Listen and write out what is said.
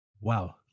Wow